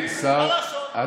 מה לעשות, יש כמה בעיות בממשלה.